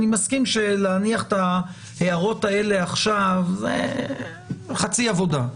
אני מסכים שלהניח את ההערות האלה עכשיו זה חצי עבודה.